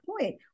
point